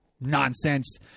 Nonsense